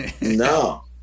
no